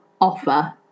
offer